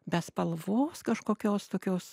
be spalvos kažkokios tokios